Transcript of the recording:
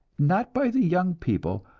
not by the young people,